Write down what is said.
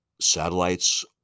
Satellites